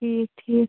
ٹھیٖک ٹھیٖک